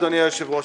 אדוני היושב-ראש,